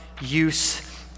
use